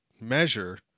measure